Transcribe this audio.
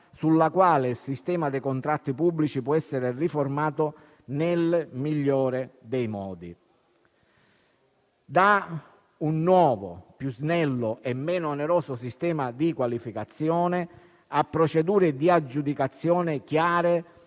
sulla quale il sistema dei contratti pubblici può essere riformato nel migliore dei modi: un nuovo, più snello e meno oneroso sistema di qualificazione e procedure di aggiudicazione chiare